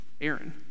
Aaron